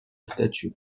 statue